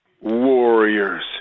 Warriors